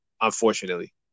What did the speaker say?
Unfortunately